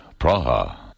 Praha